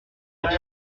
enfin